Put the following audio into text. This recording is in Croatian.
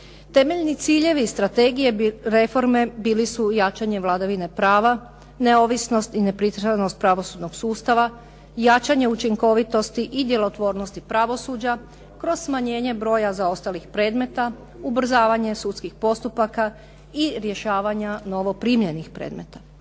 Temeljni ciljevi strategije reforme bili su jačanje vladavine prava, neovisnost i nepristranost pravosudnog sustava, jačanje učinkovitosti i djelotvornosti pravosuđa kroz smanjenje broja zaostalih predmeta, ubrzavanje sudskih postupaka i rješavanja novoprimljenih predmeta.